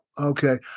Okay